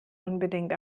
unbedingt